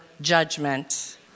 judgment